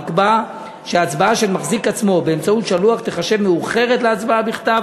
נקבע שהצבעה של מחזיק עצמו או באמצעות שלוח תיחשב מאוחרת להצבעה בכתב,